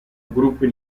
gruppi